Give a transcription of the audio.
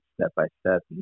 step-by-step